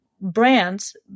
brands